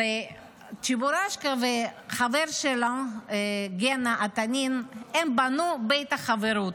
צ'בורשקה והחבר שלה גנה התנין בנו בית חברות.